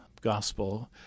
gospel